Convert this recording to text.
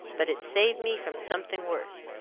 but it's saved me from something worse.